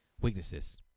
Weaknesses